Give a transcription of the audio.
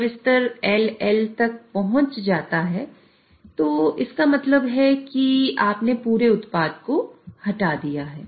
जब स्तर LL तक पहुंच जाता है तो इसका मतलब है कि आपने पूरे उत्पाद को हटा दिया है